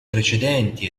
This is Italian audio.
precedenti